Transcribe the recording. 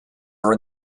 are